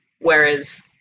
whereas